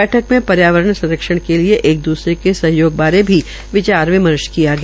बैठक में पर्यावरण संरक्षण के लिए एक दूसरे के सहयोग बारे भी विचार विमर्श किया गया